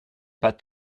pas